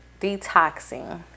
detoxing